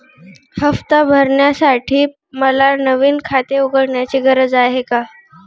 हफ्ता भरण्यासाठी मला नवीन खाते उघडण्याची गरज आहे का?